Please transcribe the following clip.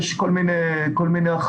יש כל מיני החרגות,